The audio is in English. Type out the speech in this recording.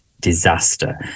disaster